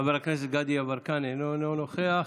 חבר הכנסת גדי יברקן, איננו נוכח,